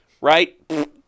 Right